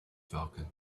falcon